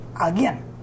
again